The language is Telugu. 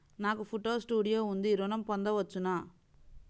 నాకు ఫోటో స్టూడియో ఉంది ఋణం పొంద వచ్చునా?